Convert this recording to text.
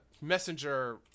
messenger